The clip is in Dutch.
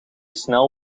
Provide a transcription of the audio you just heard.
snel